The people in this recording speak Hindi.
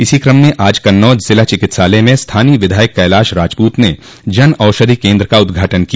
इसी कम में आज कन्नौज जिला चिकित्सालय में स्थानीय विधायक कैलाश राजपूत ने जन औषधि केन्द्र का उद्घाटन किया